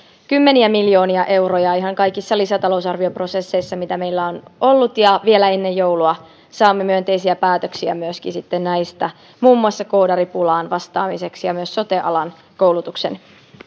kymmeniä miljoonia euroja ihan kaikissa lisätalousarvioprosesseissa mitä meillä on ollut ja vielä ennen joulua saamme myönteisiä päätöksiä myöskin näistä muun muassa koodaripulaan vastaaminen ja myös sote alan koulutuksen